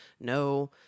no